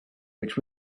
which